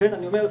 לכן אני אומר,